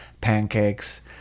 pancakes